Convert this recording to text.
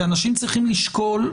כי אנשים צריכים לשקול.